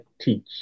teach